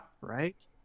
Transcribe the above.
right